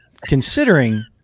considering